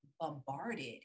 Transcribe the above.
bombarded